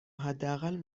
حداقل